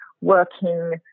working